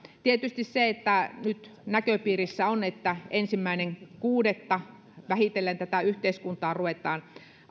tietysti kun nyt näköpiirissä on että ensimmäinen kuudetta vähitellen tätä yhteiskuntaa ruvetaan